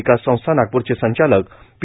विकास संस्था नागपूरचे संचालक पी